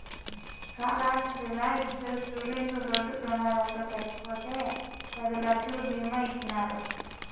కాళహస్తిలా ఇద్దరు స్టూడెంట్లు రోడ్డు ప్రమాదంలో చచ్చిపోతే పది లక్షలు బీమా ఇచ్చినారు